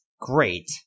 great